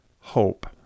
hope